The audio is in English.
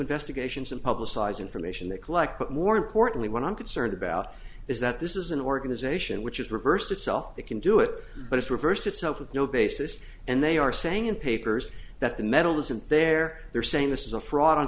investigations and publicize information they collect but more importantly what i'm concerned about is that this is an organization which has reversed itself they can do it but it's reversed itself with no basis and they are saying in papers that the metal isn't there they're saying this is a fraud on